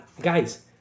guys